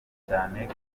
cyane